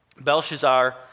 Belshazzar